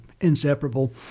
inseparable